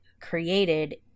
created